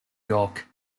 york